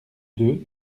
deux